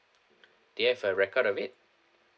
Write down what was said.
do you have a record of it